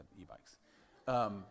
e-bikes